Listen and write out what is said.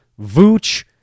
Vooch